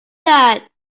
that